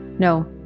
No